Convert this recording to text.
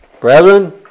Brethren